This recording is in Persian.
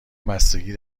بستگی